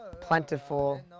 plentiful